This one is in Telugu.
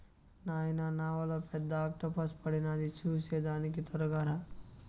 నాయనా నావలో పెద్ద ఆక్టోపస్ పడినాది చూసేదానికి తొరగా రా